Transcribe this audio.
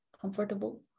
Comfortable